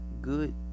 good